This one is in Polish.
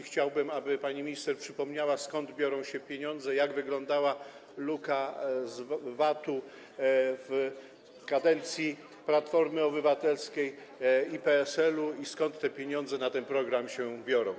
Chciałbym, aby pani minister przypomniała, skąd biorą się pieniądze, jak wyglądała luka VAT w kadencji Platformy Obywatelskiej i PSL-u i skąd te pieniądze na ten program się biorą.